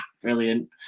brilliant